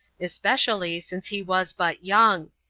especially since he was but young.